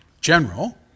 general